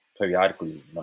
periodically